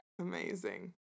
Amazing